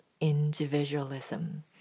individualism